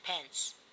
pence